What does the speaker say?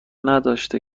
نداشته